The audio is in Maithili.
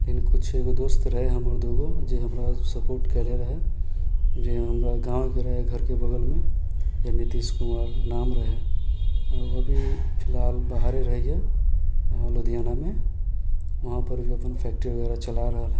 लेकिन कुछ एगो दोस्त हमर दू गो जे हमरा सपोर्ट केलक रहै जे हमरा गाँवके रहै घरके बगलमे नीतीश कुमार नाम रहै ओ अभी फिलहाल बाहरे रहै यऽ लुधियानामे वहाँपर भी अपन फैक्टरी वगैरह चला रहल हऽ